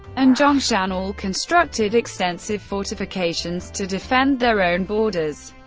and zhongshan all constructed extensive fortifications to defend their own borders.